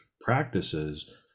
practices